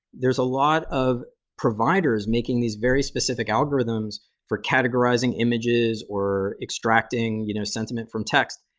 there's a lot of providers making these very specific algorithms for categorizing images, or extracting you know sentiment from text,